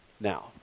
Now